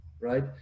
right